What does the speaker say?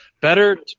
Better